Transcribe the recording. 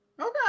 okay